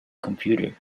computer